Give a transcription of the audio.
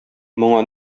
моңа